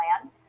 plan